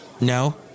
No